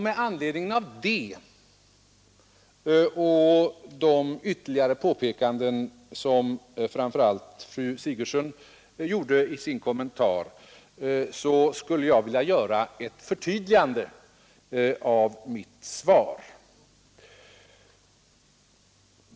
Med anledning av detta och de ytterligare påpekanden som framför allt fru Sigurdsen gjorde i sin kommentar skulle jag vilja göra ett förtydligande av mitt svar.